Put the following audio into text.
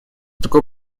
такой